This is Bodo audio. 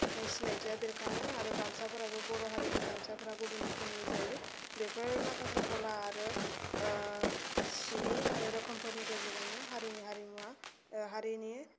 सिनायथिया बेरखाङो आरो गामसाफोराबो बर' हारिनि गामसाफोरा गुबुन रोखोमनि जायो बेफोर माखासेखौ ला आरो सिनि रोखोमफोरनि गेजेरजोंनो हारिनि हारिमुआ हारिनि